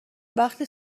وقتی